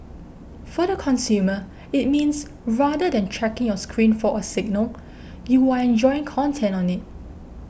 for the consumer it means rather than checking your screen for a signal you're enjoying content on it